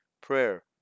prayer